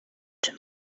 czy